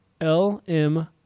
lm